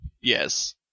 Yes